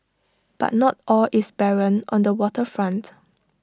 but not all is barren on the Water Front